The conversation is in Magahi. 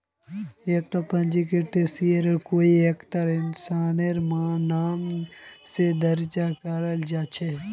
एकता पंजीकृत शेयर कोई एकता इंसानेर नाम स दर्ज कराल जा छेक